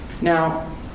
Now